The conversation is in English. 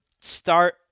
start